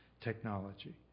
technology